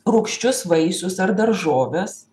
rūgščius vaisius ar daržoves